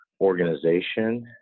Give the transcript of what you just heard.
organization